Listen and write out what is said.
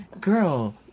girl